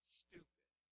stupid